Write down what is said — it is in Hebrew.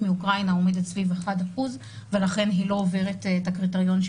מאוקראינה עומדת סביב 1% ולכן היא לא עוברת את הקריטריון של